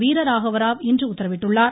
வீர ராகவராவ் இன்று உத்தரவிட்டுள்ளார்